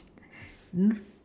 mm